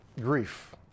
grief